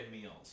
meals